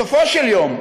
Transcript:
בסופו של דבר,